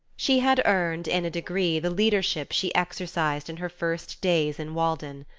she had earned, in a degree, the leadership she exercised in her first days in walden.